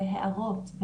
בהערות,